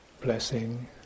blessing